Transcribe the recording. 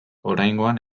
oraingoan